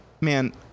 man